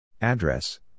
Address